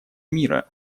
мира